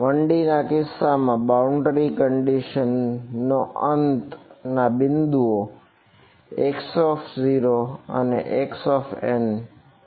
1D ના કિસ્સામાં boundary condition નો અંતના બિંદુઓ x0 અને xn